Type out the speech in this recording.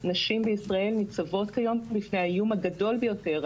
נשים בישראל ניצבות כיום בפני האיום הגדול ביותר,